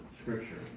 Scripture